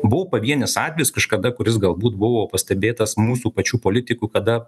buvo pavienis atvejis kažkada kuris galbūt buvo pastebėtas mūsų pačių politikų kada